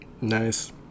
nice